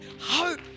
hope